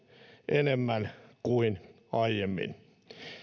enemmän kuin aiemmin